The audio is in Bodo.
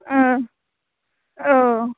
ओह औ